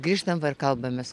grįžtam va ir kalbamės